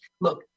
Look